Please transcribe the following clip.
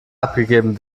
abgegeben